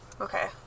okay